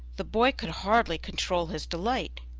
the boy could hardly control his delight,